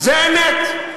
זאת אמת.